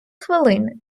хвилини